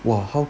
哇好